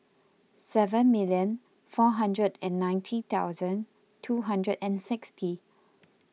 seven million four hundred and ninety thousand two hundred and sixty